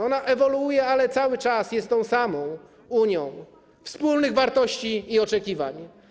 Ona ewoluuje, ale cały czas jest tą samą Unią wspólnych wartości i oczekiwań.